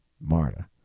Marta